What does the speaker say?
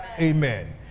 Amen